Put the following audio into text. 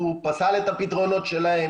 הוא פסל את הפתרונות שלהם.